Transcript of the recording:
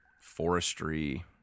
forestry